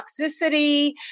toxicity